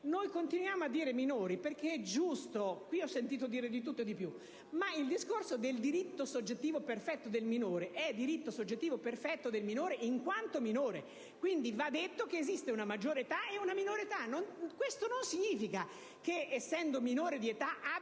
che continuiamo a dire minori, perché è giusto (qui ho sentito dire di tutto di più), ma il discorso del diritto soggettivo perfetto del minore è diritto soggettivo perfetto del minore in quanto minore, in quanto va detto che esiste una maggiore età e una minore età. Questo non significa che, essendo minore d'età, il